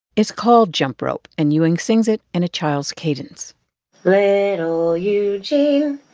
it's called jump rope, and ewing sings it in a child's cadence little eugene,